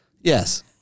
Yes